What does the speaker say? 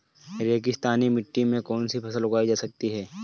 रेगिस्तानी मिट्टी में कौनसी फसलें उगाई जा सकती हैं?